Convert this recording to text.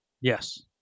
Yes